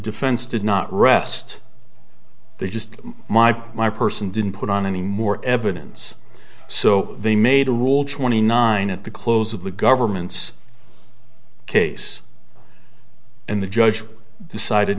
defense did not rest they just my my person didn't put on any more evidence so they made a rule twenty nine at the close of the government's case and the judge decided